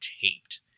taped